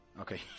Okay